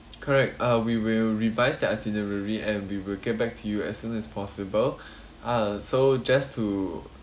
correct uh we will revise the itinerary and we will get back to you as soon as possible uh so just to